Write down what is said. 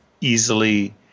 easily